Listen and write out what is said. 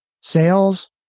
sales